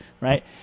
right